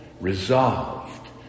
resolved